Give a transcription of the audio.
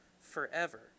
forever